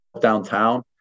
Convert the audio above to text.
downtown